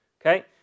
Okay